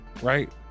right